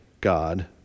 God